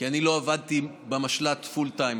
כי לא עבדתי במשל"ט פול טיים,